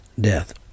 death